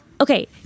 okay